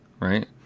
right